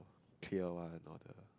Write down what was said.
clear one or the